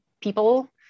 people